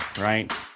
right